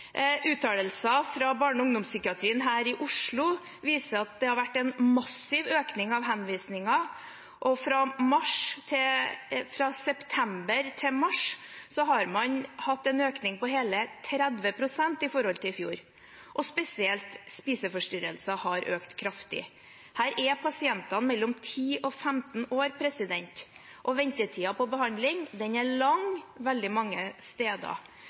Uttalelser fra barne- og ungdomspsykiatrien her i Oslo viser at det har vært en massiv økning av henvisninger, og fra september til mars har man hatt en økning på hele 30 pst. i forhold til i fjor. Spesielt antall spiseforstyrrelser har økt kraftig. Her er det pasienter mellom 10 og 15 år, og ventetiden på behandling er lang veldig mange steder.